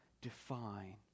define